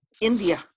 India